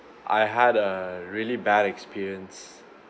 I had a really bad experience